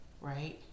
right